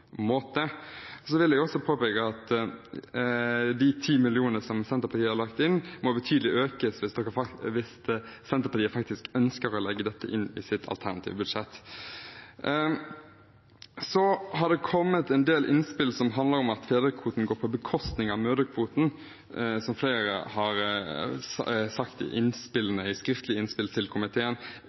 Så vil jeg også påpeke at de ti millionene som Senterpartiet har lagt inn, må økes betydelig hvis Senterpartiet faktisk ønsker å legge dette inn i sitt alternative budsjett. Så har det kommet en del innspill som handler om at fedrekvoten går på bekostning av mødrekvoten. Det har flere sagt i skriftlige innspill til komiteen.